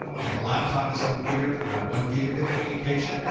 if a laptop is configured for one gigabit communication,